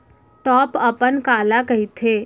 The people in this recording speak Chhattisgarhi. टॉप अपन काला कहिथे?